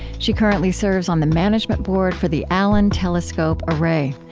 she currently serves on the management board for the allen telescope array.